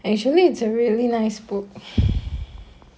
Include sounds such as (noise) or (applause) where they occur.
actually it's a really nice book (breath)